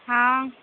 ہاں